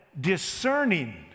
discerning